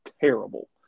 terrible